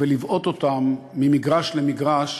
ולבעוט אותם ממגרש למגרש,